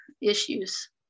issues